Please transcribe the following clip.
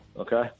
okay